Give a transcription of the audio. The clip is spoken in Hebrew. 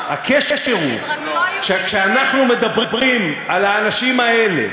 הקשר הוא שכשאנחנו מדברים על האנשים האלה,